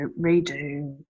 redo